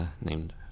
named